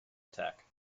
attack